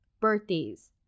birthdays